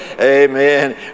Amen